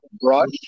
brush